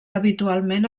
habitualment